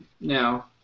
now